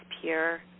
pure